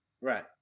Right